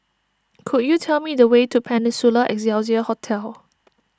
could you tell me the way to Peninsula Excelsior Hotel